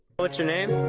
what's your name,